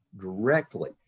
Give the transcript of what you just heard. directly